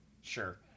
sure